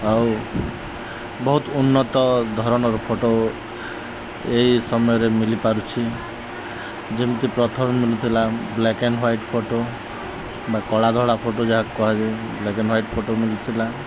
ଆଉ ବହୁତ ଉନ୍ନତ ଧରଣର ଫଟୋ ଏହି ସମୟରେ ମିଲିପାରୁଛି ଯେମିତି ପ୍ରଥମେ ମିଳୁଥିଲା ବ୍ଲାକ୍ ଆଣ୍ଡ ହ୍ୱାଇଟ୍ ଫଟୋ ବା କଳା ଧଳା ଫଟୋ ଯାହା କୁହାଯାଏ ବ୍ଲାକ୍ ଆଣ୍ଡ ହ୍ୱାଇଟ୍ ଫଟୋ ମିଳୁଥିଲା